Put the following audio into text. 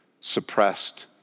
suppressed